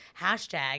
hashtag